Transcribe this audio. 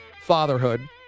fatherhood